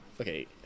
okay